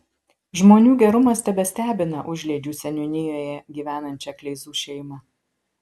žmonių gerumas tebestebina užliedžių seniūnijoje gyvenančią kleizų šeimą